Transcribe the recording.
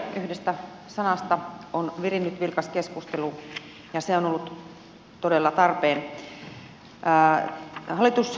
yhdestä sanasta on virinnyt vilkas keskustelu ja se on ollut todella tarpeen